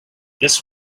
this